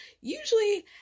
usually